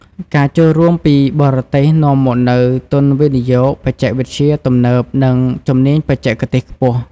ការចូលរួមពីបរទេសនាំមកនូវទុនវិនិយោគ បច្ចេកវិទ្យាទំនើបនិងជំនាញបច្ចេកទេសខ្ពស់។